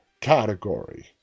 category